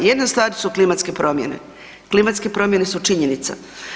Jedna stvar su klimatske promjene, klimatske promjene su činjenica.